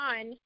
on